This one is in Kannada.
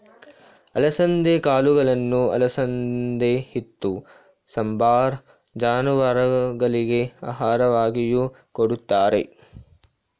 ಅಲಸಂದೆ ಕಾಳುಗಳನ್ನು ಅಲಸಂದೆ ಹಿಟ್ಟು, ಸಾಂಬಾರ್, ಜಾನುವಾರುಗಳಿಗೆ ಆಹಾರವಾಗಿಯೂ ಕೊಡುತ್ತಾರೆ